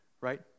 right